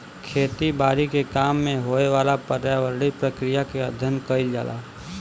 खेती बारी के काम में होए वाला पर्यावरणीय प्रक्रिया के अध्ययन कइल जाला